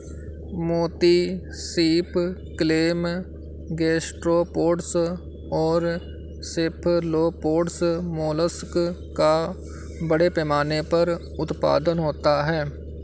मोती सीप, clam, gastropods और सेफलोपोड्स मोलस्क का बड़े पैमाने पर उत्पादन होता है